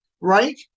right